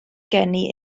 geni